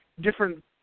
different